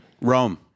Rome